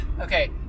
Okay